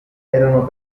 erano